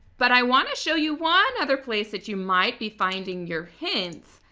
but i want to show you one other place that you might be finding your hints.